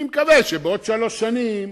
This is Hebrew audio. אני מקווה שבעוד שלוש שנים